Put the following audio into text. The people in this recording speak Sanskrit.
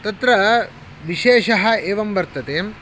तत्र विशेषः एवं वर्तते